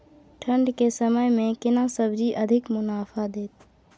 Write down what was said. ठंढ के समय मे केना सब्जी अधिक मुनाफा दैत?